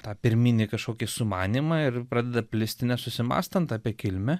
tą pirminį kažkokį sumanymą ir pradeda plisti nesusimąstant apie kilmę